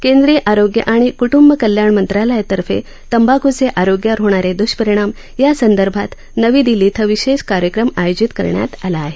केंद्रीय आरोग्य आणि कुटुंब कल्याण मंत्रालयातर्फे तंबाखुचे आरोग्यावर होणार दुष्परिणाम या संदर्भात नवी दिल्ली येथे विशेष कार्यक्रम आयोजित करण्यात आला होता